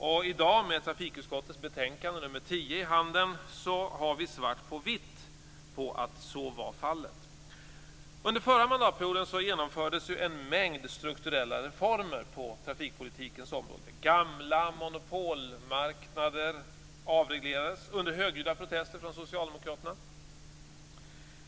I dag, med trafikutskottets betänkande nr 10 i handen, har vi svart på vitt på att så var fallet. Under förra mandatperioden genomfördes en mängd strukturella reformer på trafikpolitikens område. Gamla monopolmarknader avreglerades under högljudda protester från socialdemokraterna.